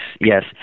yes